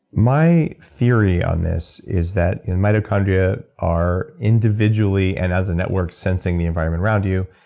my theory on this is that mitochondria are individually and as a network sensing the environment around you,